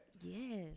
Yes